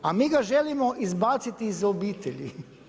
A mi ga želimo izbaciti iz obitelji.